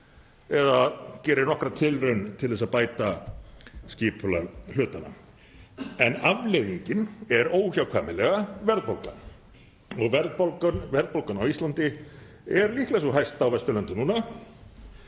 eða gerir nokkra tilraun til að bæta skipulag hlutanna, en afleiðingin er óhjákvæmilega verðbólga. Verðbólgan á Íslandi er líklega sú hæsta á Vesturlöndum núna.